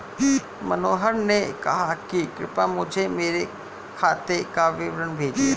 मनोहर ने कहा कि कृपया मुझें मेरे खाते का विवरण भेजिए